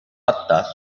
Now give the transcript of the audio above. hatta